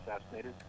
assassinated